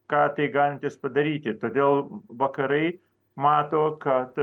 ką tai galintys padaryti ir todėl vakarai mato kad